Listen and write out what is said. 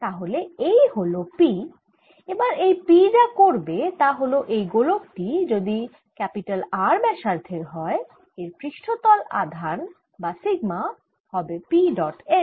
তাহলে এই হল P এবার এই P যা করবে তা হল এই গোলক টি যদি R ব্যাসার্ধের হয় এর পৃষ্ঠ তল আধান বা সিগমা হবে P ডট n